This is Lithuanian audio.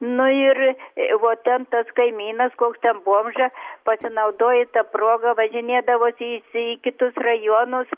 nu ir vo ten tas kaimynas koks ten bomža pasinaudoji ta proga važinėdavosi jis į kitus rajonus